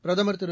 பிரதமர் திரு